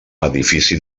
edifici